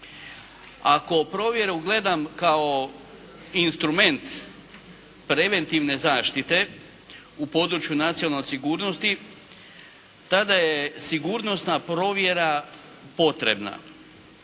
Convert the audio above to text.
Ako provjeru gledam kao instrument preventivne zaštite u području nacionalne sigurnosti tada je sigurnosna provjera potrebna.